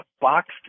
boxed